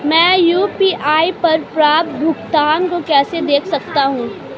मैं यू.पी.आई पर प्राप्त भुगतान को कैसे देख सकता हूं?